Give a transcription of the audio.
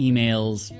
Emails